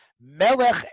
Melech